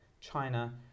China